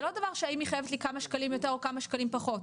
זה לא דבר של האם היא חייבת לי כמה שקלים יותר או כמה שקלים פחות,